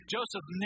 Joseph